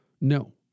no